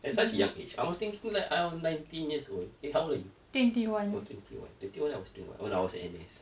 at such a young age I was thinking like I was nineteen years old eh how old are twenty one I was doing what oh I was in N_S